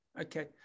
Okay